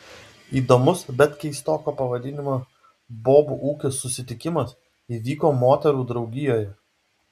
įdomus bet keistoko pavadinimo bobų ūkis susitikimas įvyko moterų draugijoje